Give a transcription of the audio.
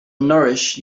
nourish